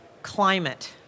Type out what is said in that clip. climate